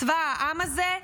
צבא העם הזה,